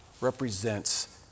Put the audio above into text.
Represents